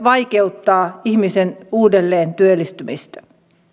vaikeuttaa ihmisen uudelleentyöllistymistä